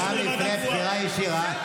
גם לפני הבחירה הישירה,